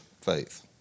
faith